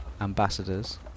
ambassadors